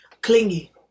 Clingy